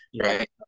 Right